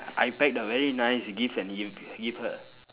I packed a very nice gift and give give her